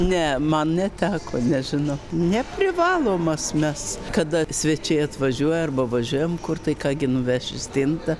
ne man neteko nežinau neprivalomas mes kada svečiai atvažiuoja arba važiuojam kur tai ką gi nuveši stintą